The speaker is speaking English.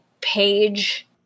page